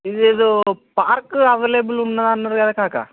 ఇదేదో park available ఉన్నదన్నారు కదా కాకా